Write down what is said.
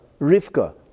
Rivka